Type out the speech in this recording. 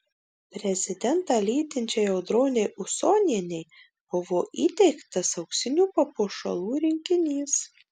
prezidentą lydinčiai audronei usonienei buvo įteiktas auksinių papuošalų rinkinys